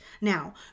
Now